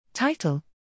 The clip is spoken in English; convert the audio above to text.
Title